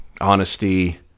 honesty